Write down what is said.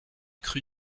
cru